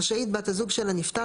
רשאית בת הזוג של הנפטר,